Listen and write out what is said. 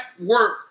work